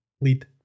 lead